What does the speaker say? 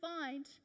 find